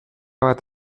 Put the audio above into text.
bat